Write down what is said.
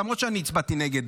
למרות שאני הצבעתי נגד,